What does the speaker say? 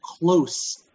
close